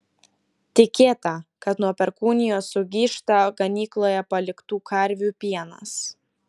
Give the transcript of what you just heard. tikėta kad nuo perkūnijos sugyžta ganykloje paliktų karvių pienas